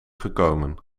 gekomen